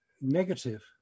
Negative